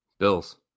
Bills